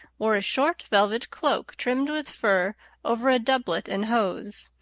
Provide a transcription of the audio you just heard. wore a short velvet cloak trimmed with fur over a doublet and hose.